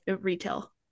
retail